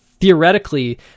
theoretically